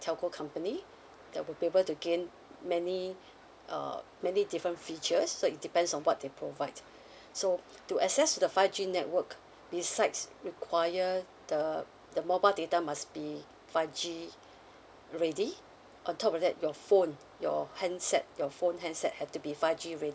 telco company that will be able to gain many uh many different features so it depends on what they provide so to access to the five G network besides require the the mobile data must be five G ready on top of that your phone your handset your phone handset have to be five G ready